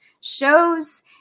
shows